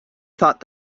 thought